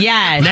Yes